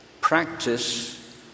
practice